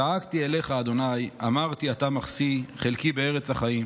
זעקתי אליך ה' אמרתי אתה מחסי חלקי בארץ החיים.